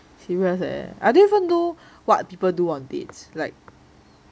serious eh I didn't even know what people do on dates like